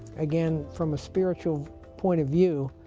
again, from a spiritual point of view,